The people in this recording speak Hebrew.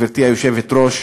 גברתי היושבת-ראש,